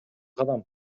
кадам